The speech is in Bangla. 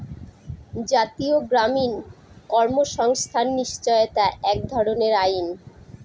জাতীয় গ্রামীণ কর্মসংস্থান নিশ্চয়তা এক ধরনের আইন